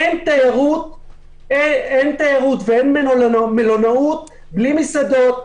אין תיירות ואין מלונאות בלי מסעדות,